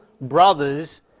brothers